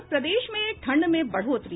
और प्रदेश में ठंड में बढ़ोतरी